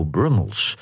Brummels